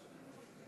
29